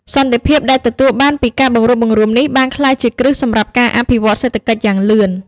សន្តិភាពដែលទទួលបានពីការបង្រួបបង្រួមនេះ បានក្លាយជាគ្រឹះសម្រាប់ការអភិវឌ្ឍសេដ្ឋកិច្ចយ៉ាងលឿន។